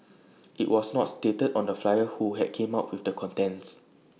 IT was not stated on the flyer who had came up with the contents